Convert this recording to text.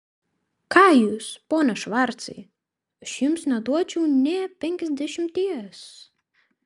ką jūs pone švarcai aš jums neduočiau nė penkiasdešimties